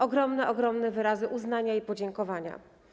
Ogromne, ogromne wyrazy uznania i podziękowania.